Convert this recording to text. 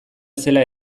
zela